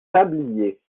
tablier